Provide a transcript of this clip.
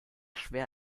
schwer